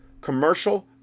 commercial